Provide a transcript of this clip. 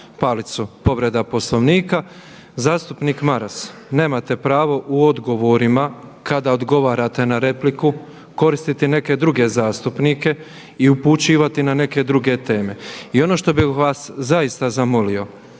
palicu povreda Poslovnika. Zastupnik Maras, nemate pravo u odgovorima kada odgovarate na repliku koristiti neke druge zastupnike i upućivati na neke druge teme. I ono što bih vas zaista zamolio